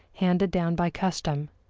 handed down by custom.